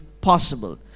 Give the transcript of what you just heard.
possible